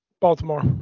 Baltimore